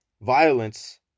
Violence